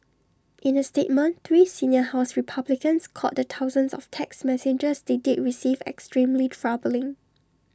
in A statement three senior house republicans called the thousands of text messages they did receive extremely troubling